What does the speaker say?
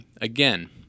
again